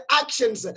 actions